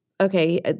okay